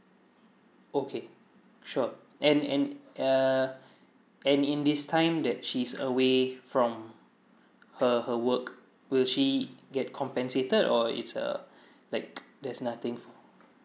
okay sure and and err and in this time that she's away from her her work will she get compensated or it's uh like there's nothing for